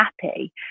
happy